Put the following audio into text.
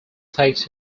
takes